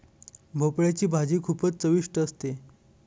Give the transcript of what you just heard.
भोपळयाची भाजी खूपच चविष्ट असते